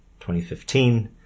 2015